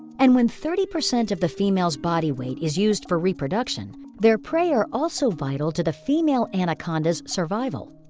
and when thirty percent of the female's body weight is used for reproduction, their prey are also vital to the female anaconda's survival.